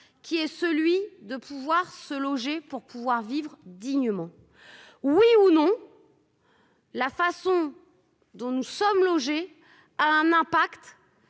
qui est celui de pouvoir se loger pour pouvoir vivre dignement. Oui ou non. La façon dont nous sommes logés a un impact